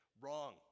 Wrong